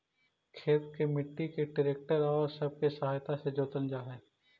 खेत के मट्टी के ट्रैक्टर औउर सब के सहायता से जोतल जा हई